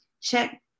check